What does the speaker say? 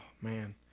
man